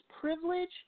privilege